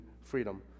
freedom